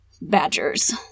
badgers